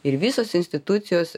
ir visos institucijos